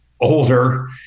older